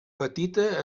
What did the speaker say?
petita